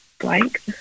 blank